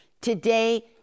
Today